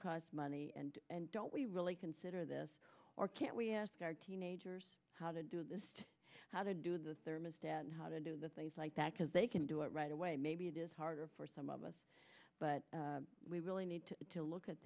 cost money and don't we really consider this or can't we ask our teenagers how to do this how to do the thermostat and how to do the things like that because they can do it right away maybe it is harder for some of us but we really need to look at